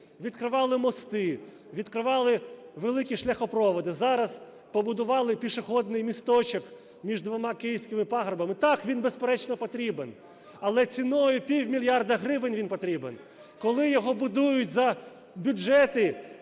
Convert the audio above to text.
відкривали мости, відкривали великі шляхопроводи. Зараз побудували пішохідний місточок між двома київськими пагорбами. Так, він, безперечно, потрібен. Але ціною півмільярда гривень він потрібен? Коли його будують за бюджети,